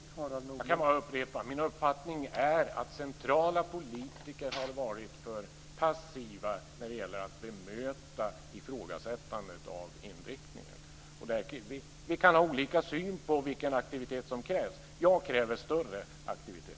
Herr talman! Jag kan bara upprepa att min uppfattning är att centrala politiker har varit för passiva när det gäller att bemöta ifrågasättandet av inriktningen. Vi kan ha olika syn på vilken aktivitet som krävs. Jag kräver större aktivitet.